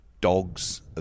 Dogs